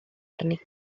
arni